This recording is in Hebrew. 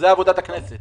זו עבודת הכנסת